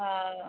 ಹಾಂ